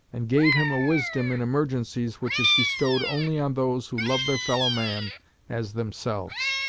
and gave him a wisdom in emergencies which is bestowed only on those who love their fellow-man as themselves.